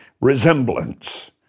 resemblance